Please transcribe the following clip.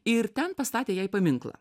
ir ten pastatė jai paminklą